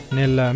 nel